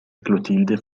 clotilde